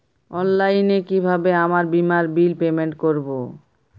অনলাইনে কিভাবে আমার বীমার বিল পেমেন্ট করবো?